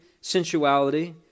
sensuality